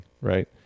right